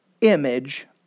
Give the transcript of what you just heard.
image